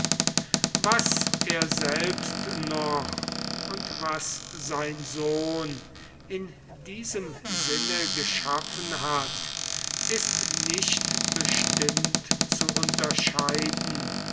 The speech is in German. was er selbst noch und was sein sohn in diesem sinne geschaffen hat ist nicht bestimmt zu unterscheiden